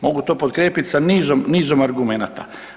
Mogu to potkrijepiti sa nizom argumenata.